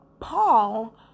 Paul